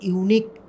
unique